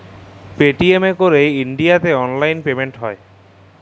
Paytm এ ক্যইরে ইলডিয়াতে অললাইল পেমেল্ট হ্যয়